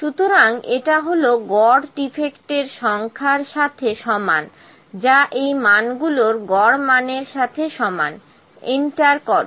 সুতরাং এটা হল গড় ডিফেক্টের সংখ্যার সাথে সমান যা এই মানগুলোর গড় মানের সাথে সমান এন্টার করো